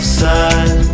side